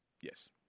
Yes